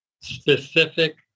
specific